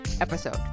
episode